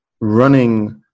running